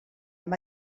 amb